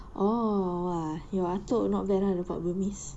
oh !wah! your atuk not bad lah dapat burmese